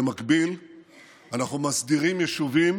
במקביל אנחנו מסדירים יישובים